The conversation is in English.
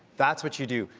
that's what you do.